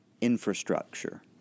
infrastructure